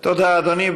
תודה, אדוני.